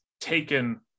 taken